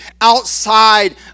outside